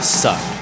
suck